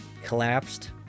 collapsed